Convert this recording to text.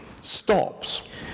stops